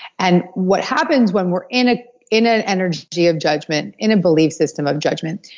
and what happens when we're in ah in an energy of judgment, in a belief system of judgment,